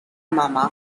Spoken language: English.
mama